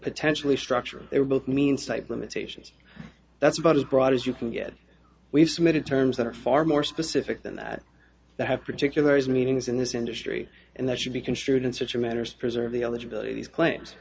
potentially structural they were both mean side limitations that's about as broad as you can get we've submitted terms that are far more specific than that that have particular as meanings in this industry and that should be construed in such matters preserve the eligibility these claims